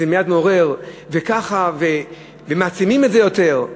זה מייד מעורר, וככה, ומעצימים את זה יותר.